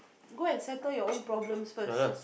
go and settle your own problems first